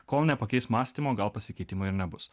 kol nepakeis mąstymo gal pasikeitimų ir nebus